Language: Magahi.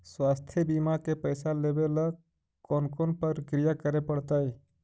स्वास्थी बिमा के पैसा लेबे ल कोन कोन परकिया करे पड़तै?